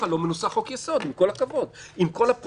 חוקתית זה לא מתאים, אני רוצה להתווכח על זה